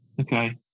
Okay